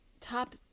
Top